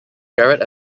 garrett